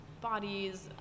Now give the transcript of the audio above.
bodies